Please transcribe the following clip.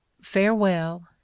Farewell